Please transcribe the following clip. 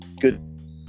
Good